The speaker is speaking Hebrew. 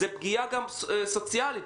זה פגיעה גם סוציאלית,